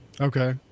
okay